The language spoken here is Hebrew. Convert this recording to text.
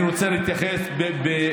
אני רוצה גם להתייחס לדברים שאמרת,